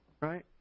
Right